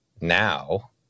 now